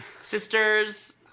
sisters